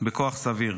בכוח סביר.